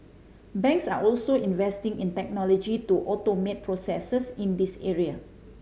banks are also investing in technology to automate processes in this area